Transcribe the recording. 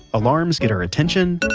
alarms get our attention,